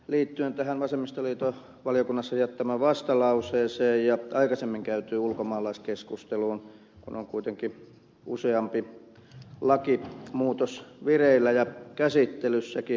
liittyen tähän vasemmistoliiton valiokunnassa jättämään vastalauseeseen ja aikaisemmin käytyyn ulkomaalaiskeskusteluun kun on kuitenkin useampi lakimuutos vireillä ja käsittelyssäkin